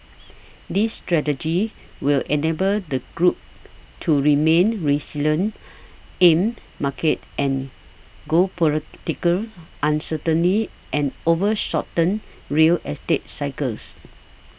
this strategy will enable the group to remain resilient amid market and geopolitical uncertainty and over shortened real estate cycles